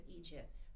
Egypt